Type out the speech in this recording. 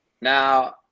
Now